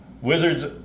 Wizards